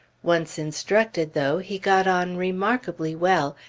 once instructed, though, he got on remarkably well,